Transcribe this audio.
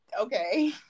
okay